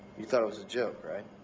you thought it was a joke, right?